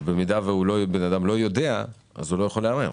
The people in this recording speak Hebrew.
אם אדם לא יודע, הוא לא יכול לערער.